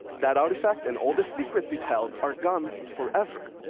that artifact and all the secrets it held are gone forever.